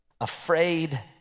afraid